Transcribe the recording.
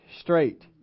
straight